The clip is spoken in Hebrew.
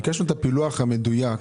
ביקשנו את הפילוח המדויק,